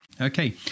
Okay